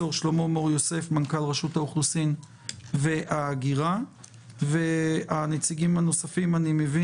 את רשות האוכלוסין וההגירה על הצעת חוק שבסופו של דבר באה להקל